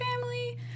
family